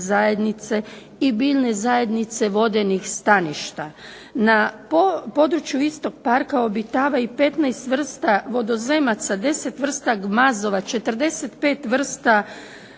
i biljne zajednice vodenih staništa. Na području istog parka obitava i 15 vrsta vodozemaca, 10 vrsta gmazova, 45 vrsta riba